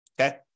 Okay